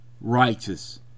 righteous